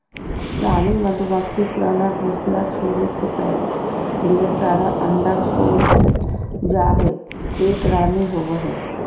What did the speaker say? रानी मधुमक्खी पुराना घोंसला छोरै से पहले ढेर सारा अंडा छोड़ जा हई, एक रानी होवअ हई